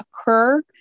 occur